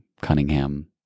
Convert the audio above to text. Cunningham